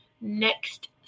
Next